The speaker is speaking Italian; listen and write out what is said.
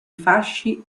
fasci